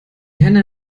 henne